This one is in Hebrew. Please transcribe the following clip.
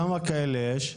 כמה כאלה יש?